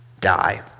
die